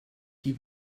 die